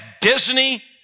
Disney